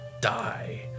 die